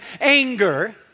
anger